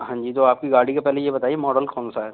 हाँ जी तो आपकी गाड़ी का पहले यह बताइए मोडल कौन सा है